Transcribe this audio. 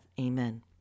Amen